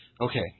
Okay